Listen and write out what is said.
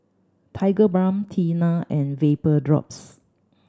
Tigerbalm Tena and Vapodrops